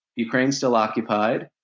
ukraine still occupied.